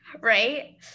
Right